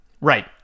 Right